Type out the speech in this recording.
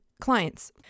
clients